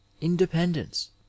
independence